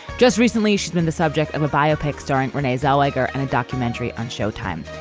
just recently, she's been the subject of a biopic starring renee zellweger and a documentary on showtime,